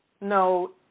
No